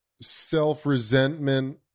self-resentment